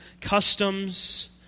customs